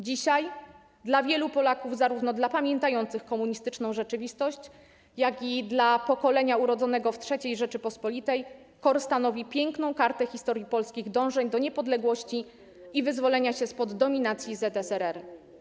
Dzisiaj dla wielu Polaków - zarówno dla pamiętających komunistyczną rzeczywistość, jak i dla pokolenia urodzonego w III Rzeczypospolitej - KOR stanowi piękną kartę historii polskich dążeń do niepodległości i wyzwolenia się spod dominacji Związku Sowieckiego.